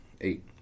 eight